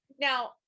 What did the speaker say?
now